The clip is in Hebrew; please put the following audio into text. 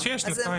אז שיהיה שנתיים.